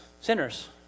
sinners